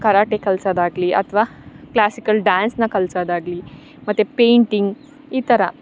karate ಕಲಿಸೋದಾಗ್ಲಿ ಅಥ್ವಾ classical ಡ್ಯಾನ್ಸ್ನ ಕಲಿಸೋದಾಗ್ಲಿ ಮತ್ತು ಪೇಂಟಿಂಗ್ ಈ ಥರ